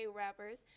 rappers